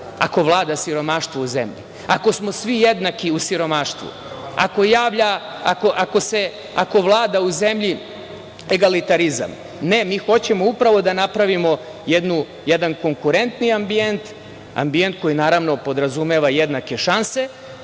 ako vlada siromaštvo u zemlji, ako smo svi jednaki u siromaštvu, ako vlada u zemlji egalitarizam. Ne, mi hoćemo upravo da napravimo jedan konkurentni ambijent, ambijent koji, naravno, podrazumeva jednake šanse,